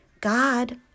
God